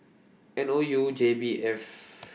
N O U J B F